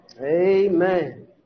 Amen